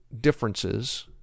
differences